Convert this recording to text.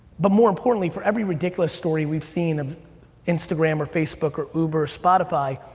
but more importantly, for every ridiculous story we've seen of instagram or facebook or uber, spotify,